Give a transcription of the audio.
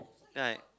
then I